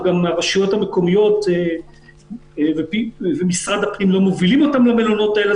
וגם הרשויות המקומיות ומשרד הפנים לא מובילים אותם למלונות האלה.